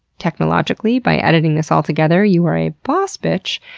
technologically, by editing this all together, you're a boss bitch,